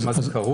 במה זה כרוך,